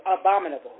abominable